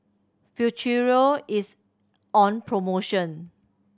Futuro is on promotion